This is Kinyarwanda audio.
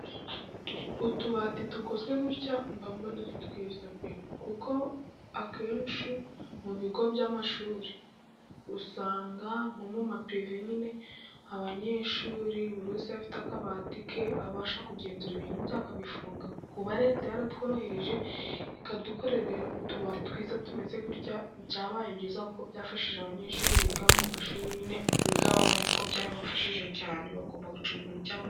Utubati dukozwe gutya mba mbona ari twiza pee! Kuko akenshi mu bigo by'amashuri usanga nko mu mapirive nyine abanyeshuri buri wese afite akabati ke, abasha kugenzura ibintu bye akabifunga. Kuba leta yaratworohereje ikadukorera utubati twiza tumeze gutya byabaye byiza kuko byafashije abanyeshuri biga mu mashuri nyine biga babayo . Kuko byarabafashije cyane bagomba gucunga ibintu byabo neza.